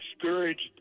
discouraged